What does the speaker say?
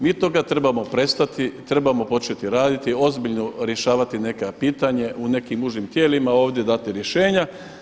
Mi toga trebamo prestati, trebamo početi raditi, ozbiljno rješavati pitanja u nekim užim tijelima, ovdje dati rješenja.